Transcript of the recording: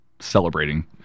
celebrating